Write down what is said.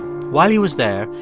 while he was there,